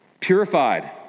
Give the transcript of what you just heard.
Purified